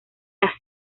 las